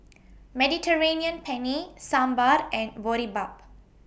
Mediterranean Penne Sambar and Boribap